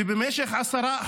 ובמשך עשרה חודשים,